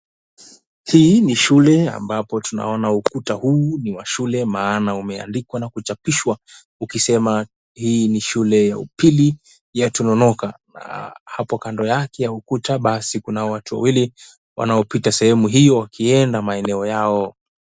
Hii ni shule ambapo tunaona ukuta huu wa shule maana imeandikwa na kuchapishwa ukisema hii ni Shule Ya Upili ya Tononoka. Hapo kando yake ya ukuta basi kunao watu wawili wanaopita sehemu hiyo wakienda maeneo yao.